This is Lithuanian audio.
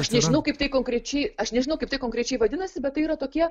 aš nežinau kaip tai konkrečiai aš nežinau kaip tai konkrečiai vadinasi bet tai yra tokie